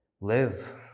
live